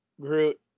groot